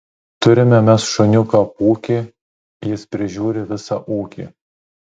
turime mes šuniuką pūkį jis prižiūri visą ūkį